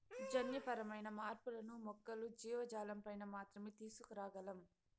జన్యుపరమైన మార్పులను మొక్కలు, జీవజాలంపైన మాత్రమే తీసుకురాగలం